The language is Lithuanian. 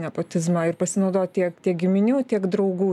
nepotizmą ir pasinaudo tiek tiek giminių tiek draugų